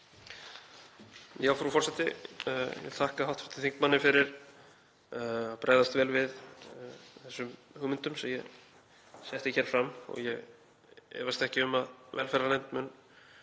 Frú forseti. Ég vil þakka hv. þingmanni fyrir að bregðast vel við þessum hugmyndum sem ég setti hér fram og ég efast ekki um að velferðarnefnd mun